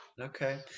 Okay